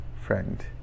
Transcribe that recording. friend